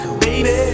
baby